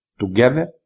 together